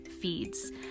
feeds